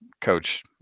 coach